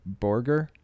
Borger